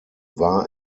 war